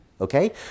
okay